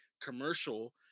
commercial